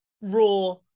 Raw